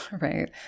right